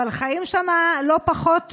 אבל חיים שם לא פחות מזה,